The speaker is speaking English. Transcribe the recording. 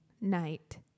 Night